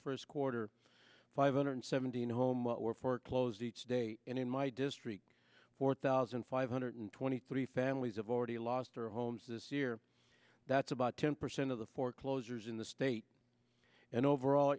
first quarter five hundred seventeen home were foreclosed each day and in my district four thousand five hundred twenty three families have already lost their homes this year that's about ten percent of the foreclosures in the state and overall